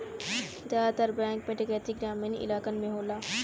जादातर बैंक में डैकैती ग्रामीन इलाकन में होला